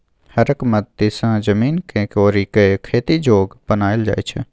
हरक मदति सँ जमीन केँ कोरि कए खेती जोग बनाएल जाइ छै